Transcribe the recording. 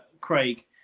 Craig